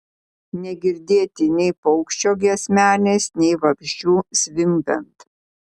negirdėti nei paukščio giesmelės nei vabzdžių zvimbiant